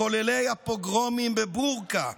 מחוללי הפוגרומים בבורקא,